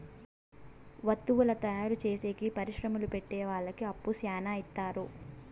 వత్తువుల తయారు చేసేకి పరిశ్రమలు పెట్టె వాళ్ళకి అప్పు శ్యానా ఇత్తారు